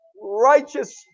righteous